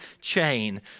chain